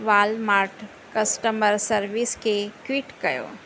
Walmart customer service खे tweet कयो